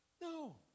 No